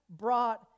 brought